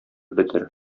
бетер